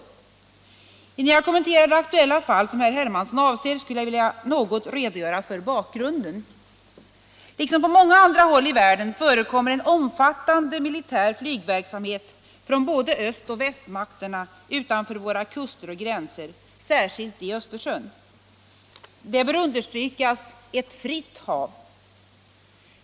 Innan jag kommenterar det aktuella fall som herr Hermansson avser, skulle jag vilja något redogöra för bakgrunden. Liksom på många andra håll i världen förekommer en omfattande militär flygverksamhet från både öst och västmakternas sida utanför våra kuster och gränser, särskilt i Östersjön. Östersjön är, det bör understrykas, ett fritt hav.